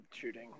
shooting